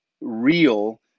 real